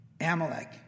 Amalek